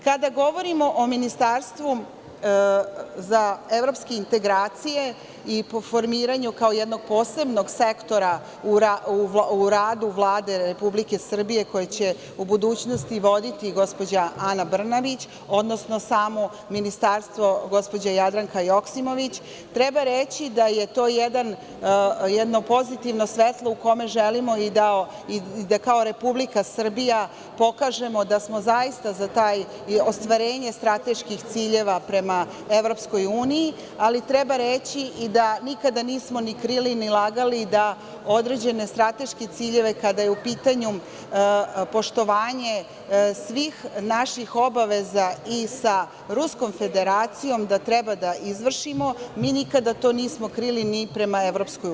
Kada govorimo o ministarstvu za evropske integracije i po formiranju, kao jednog posebnog sektora u radu Vlade Republike Srbije, koje će u budućnosti voditi gospođa Ana Brnabić, odnosno samo ministarstvo, gospođa Jadranka Joksimović, treba reći da je to jedno pozitivno svetlo u kome želimo i da kao Republika Srbija pokažemo da smo zaista za ostvarenje strateških ciljeva prema EU, ali treba reći i da nikada nismo ni krili, ni lagali da određene strateške ciljeve, kada je u pitanju poštovanje svih naših obaveza i sa Ruskom Federacijom, da treba da izvršimo, mi nikada to nismo krili ni prema EU.